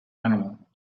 animal